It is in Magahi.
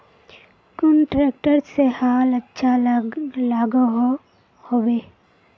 कुन ट्रैक्टर से हाल अच्छा लागोहो होबे?